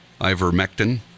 ivermectin